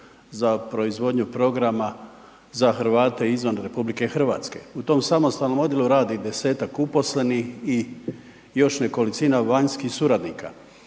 za proizvodnju programa za Hrvate izvan RH. U tom samostalnom odjelu radi 10-tak uposlenih i još nekolicina vanjskih suradnika.